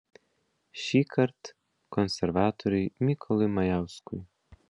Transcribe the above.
šįkart konservatoriui mykolui majauskui